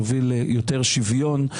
יוביל ליותר שוויון,